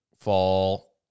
Fall